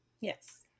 Yes